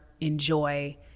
enjoy